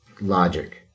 logic